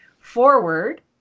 forward